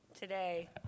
today